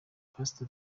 pastor